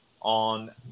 on